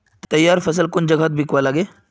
तैयार फसल कुन जगहत बिकवा लगे?